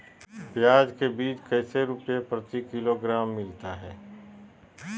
प्याज के बीज कैसे रुपए प्रति किलोग्राम हमिलता हैं?